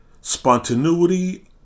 spontaneity